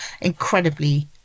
incredibly